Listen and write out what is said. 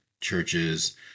churches